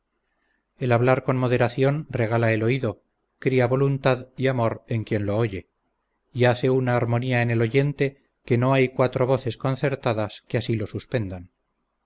el hablar con moderación regala el oído cría voluntad y amor en quien lo oye y hace una armonía en el oyente que no hay cuatro voces concertadas que así lo suspendan